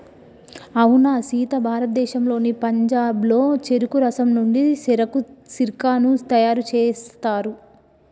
అవునా సీత భారతదేశంలోని పంజాబ్లో చెరుకు రసం నుండి సెరకు సిర్కాను తయారు సేస్తారు